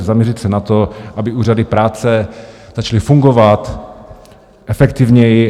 Zaměřit se na to, aby úřady práce začaly fungovat efektivněji.